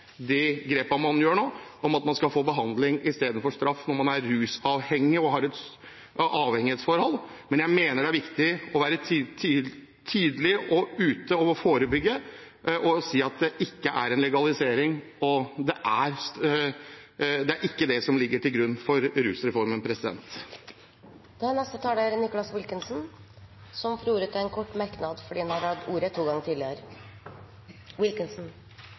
man nå tar, at man skal få behandling i stedet for straff når man er rusavhengig og har et avhengighetsforhold. Jeg mener det er viktig å være tidlig ute og forebygge og si at det ikke er en legalisering. Det er ikke det som ligger til grunn for rusreformen. Representanten Nicholas Wilkinson har hatt ordet to ganger tidligere og får ordet til en kort merknad, begrenset til 1 minutt. Jeg er veldig enig i det siste Bård Hoksrud sa, nemlig at mye har